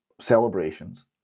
celebrations